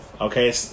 Okay